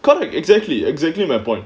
correct exactly exactly my point